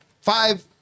Five